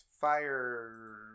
Fire